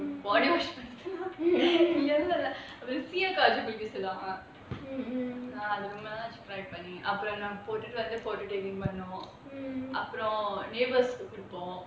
body wash பண்ணி:panni அப்புறம் சீயக்கா வச்சி குளிக்க சொல்வாங்க:appuram seeyakkaa vachi kulikka solvaanga neighbours கொடுப்போம்:kodupom